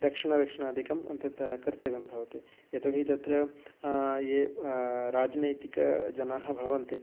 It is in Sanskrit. रक्षणं रक्षणाधिकम् अत्यन्तं कर्तव्यं भवति यतोऽहि तत्र ये राजनैतिकजनाः भवन्ति